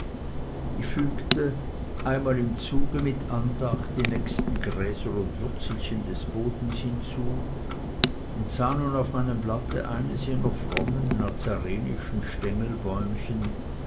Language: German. ich fügte einmal im zuge mit andacht die nächsten gräser und würzelchen des bodens hinzu und sah nun auf meinem blatte eines jener frommen